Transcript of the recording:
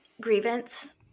grievance